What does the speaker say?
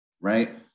right